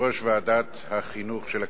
יושב-ראש ועדת החינוך של הכנסת.